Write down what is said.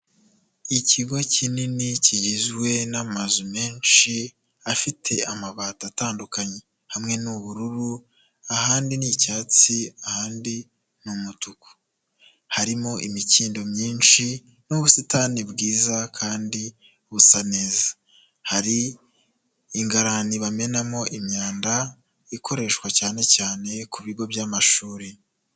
Ikigo kinini kigizwe n'amazu menshi afite amabati atandukanye, hamwe nubururuahandi ni icyatsi ahandi ni umutuku harimo imikindo myinshi n'ubusitani bwiza kandi busa neza, hari ingarani bamenamo imyanda ikoreshwa cyane cyane ku bigo by'amashuri.